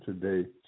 today